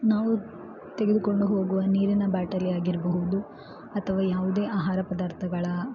ನಾವು ತೆಗೆದುಕೊಂಡು ಹೋಗುವ ನೀರಿನ ಬಾಟಲಿಯಾಗಿರಬಹುದು ಅಥವಾ ಯಾವುದೇ ಆಹಾರ ಪದಾರ್ಥಗಳ